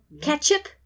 ketchup